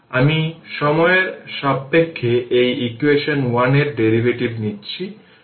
আমি সময়ের সাপেক্ষে এই ইকুয়েশন 1 এর ডেরিভেটিভ নিচ্ছি